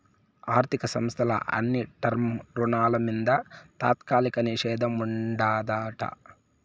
ఆర్థిక సంస్థల అన్ని టర్మ్ రుణాల మింద తాత్కాలిక నిషేధం ఉండాదట